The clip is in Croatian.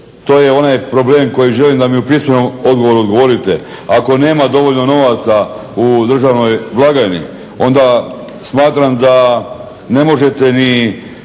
To je onaj problem koji želim da mi u pismenom odgovoru odgovorite. Ako nema dovoljno novaca u državnoj blagajni onda smatram da ne možete ni